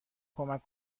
کمک